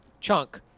chunk